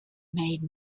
made